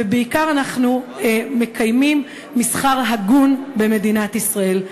ובעיקר אנחנו מקיימים מסחר הגון במדינת ישראל.